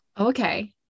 okay